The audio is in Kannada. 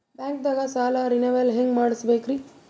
ಬ್ಯಾಂಕ್ದಾಗ ಸಾಲ ರೇನೆವಲ್ ಹೆಂಗ್ ಮಾಡ್ಸಬೇಕರಿ?